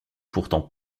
pourtant